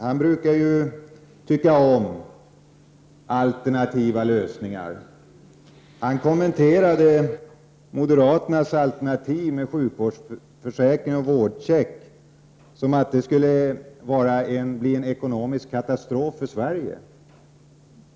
Han brukar ju tycka om alternativa lösningar. Han kommenterade moderaternas alternativ med sjukvårdsförsäkring och vårdcheck med att det skulle bli en ekonomisk katastrof för Sverige.